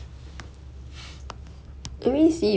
orh never mind I need to religion again